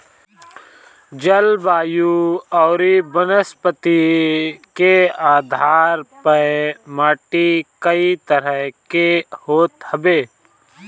जलवायु अउरी वनस्पति के आधार पअ माटी कई तरह के होत हवे